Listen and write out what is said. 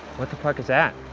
what the fuck is that?